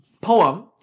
poem